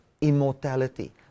immortality